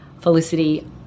Felicity